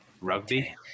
Rugby